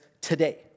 today